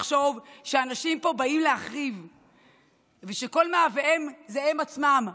לחשוב שאנשים פה באים להחריב ושכל מאווייהם זה הם עצמם.